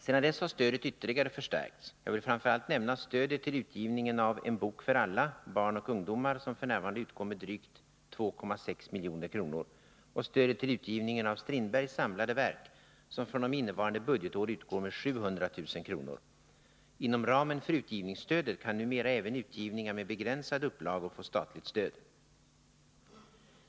Sedan dess har stödet ytterligare förstärkts. Jag vill framför allt nämna stödet till utgivningen av En bok för alla — barn och ungdomar, som f. n. utgår med drygt 2,6 milj.kr. och stödet till utgivningen av August Strindbergs samlade verk som fr.o.m. innevarande budgetår utgår med 700 000 kr. Inom ramen för utgivningsstödet kan numera även utgivningar med begränsade upplagor få statligt stöd.